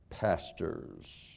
Pastors